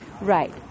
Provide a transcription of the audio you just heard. Right